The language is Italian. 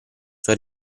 sua